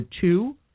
two